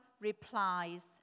replies